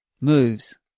Moves